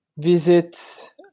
visit